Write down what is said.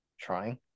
trying